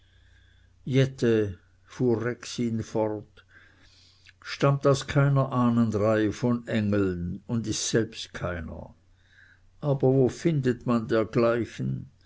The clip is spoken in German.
fort stammt aus keiner ahnenreihe von engeln und ist selber keiner aber wo findet man dergleichen